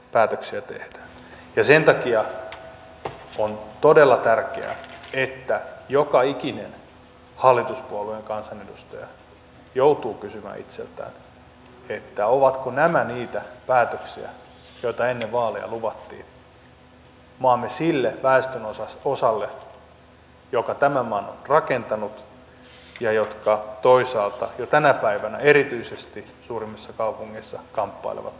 sen takia on todella tärkeää että joka ikinen hallituspuolueen kansanedustaja joutuu kysymään itseltään ovatko nämä niitä päätöksiä joita ennen vaaleja luvattiin maamme sille väestönosalle joka tämän maan on rakentanut ja joka toisaalta jo tänä päivänä erityisesti suurimmissa kaupungeissa kamppailee toimeentulonsa edestä